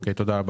תודה.